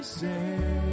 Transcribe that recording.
say